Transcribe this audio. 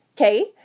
okay